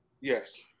Yes